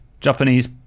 japanese